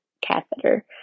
catheter